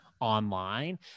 online